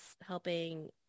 helping